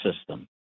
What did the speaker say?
system